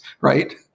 right